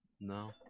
no